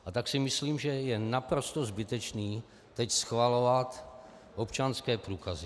A tak si myslím, že je naprosto zbytečné teď schvalovat občanské průkazy.